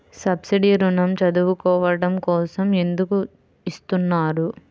Subsidy ఋణం చదువుకోవడం కోసం ఎందుకు ఇస్తున్నారు?